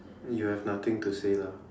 you have nothing to say lah